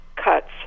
Cuts